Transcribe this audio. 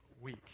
week